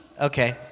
okay